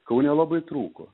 kaune labai trūko